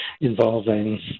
involving